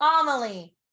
Amelie